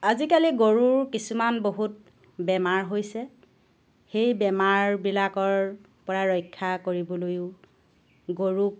আজিকালি গৰুৰ কিছুমান বহুত বেমাৰ হৈছে সেই বেমাৰবিলাকৰ পৰা ৰক্ষা কৰিবলৈও গৰুক